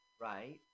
Right